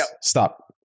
stop